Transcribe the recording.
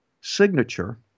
signature